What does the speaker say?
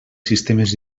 sistemes